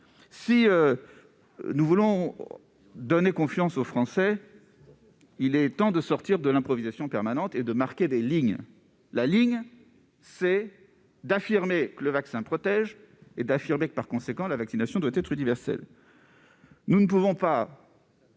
Si nous voulons inspirer confiance aux Français, il est temps de sortir de l'improvisation permanente et de marquer des lignes. Il faut affirmer que le vaccin protège et que la vaccination doit être universelle. Nous ne pouvons pas,